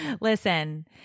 Listen